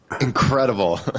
incredible